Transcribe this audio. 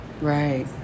right